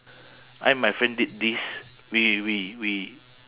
I and my friend did this we we we